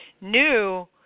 new